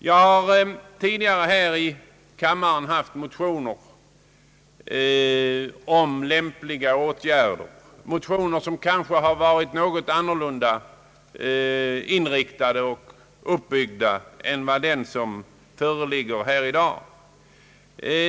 Jag har tidigare här i kammaren avgeit motioner om lämpliga åtgärder. Dessa motioner har kanske haft en annan inriktning och varit anorlunda uppbyggda än den som föreligger här i dag.